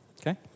okay